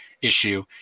issue